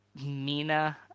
Mina